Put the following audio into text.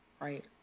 Right